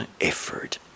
effort